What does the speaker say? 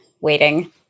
waiting